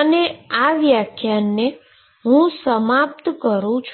અને આ વ્યાખ્યાનને હું અહીં સમાપ્ત કરું છું